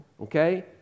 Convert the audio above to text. okay